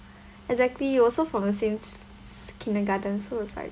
exactly you also from the same s~ kindergarten so it was like